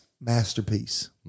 masterpiece